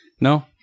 No